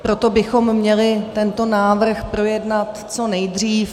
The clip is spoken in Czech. proto bychom měli tento návrh projednat co nejdřív.